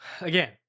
again